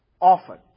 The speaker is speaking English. often